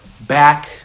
Back